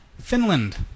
Finland